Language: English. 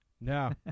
No